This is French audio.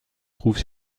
trouve